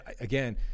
Again